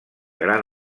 gran